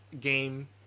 game